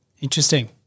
Interesting